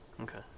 Okay